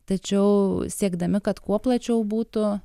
tačiau siekdami kad kuo plačiau būtų